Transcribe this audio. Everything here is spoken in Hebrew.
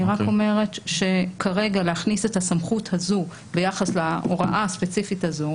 אני רק אומרת שכרגע להכניס את הסמכות הזו ביחס להוראה הספציפית הזו,